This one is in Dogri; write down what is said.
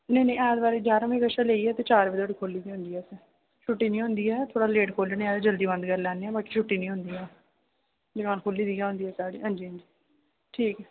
नेईं नेईं ऐतवार ग्याहरा बजे कशा लेइयै शाम्मी चार बजे तक खुल्ली गै होंदी ऐ छुट्टी नि होंदी ऐ थोह्ड़ा लेट खोह्लने अस जल्दी बंद करी लेन्ने आं बाकी छुट्टी नि होंदी ऐ दकान खुल्ली दी गै होंदी ऐ साढ़ी हां जी हां जी ठीक ऐ